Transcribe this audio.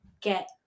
get